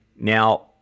Now